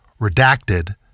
redacted